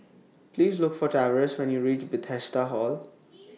Please Look For Tavares when YOU REACH Bethesda Hall